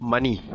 Money